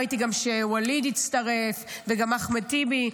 ראיתי שגם ואליד הצטרף וגם אחמד טיבי,